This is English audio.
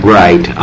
right